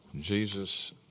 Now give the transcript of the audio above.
Jesus